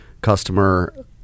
customer